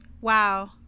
Wow